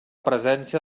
presència